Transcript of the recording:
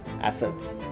assets